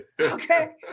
Okay